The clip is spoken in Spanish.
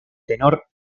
tenor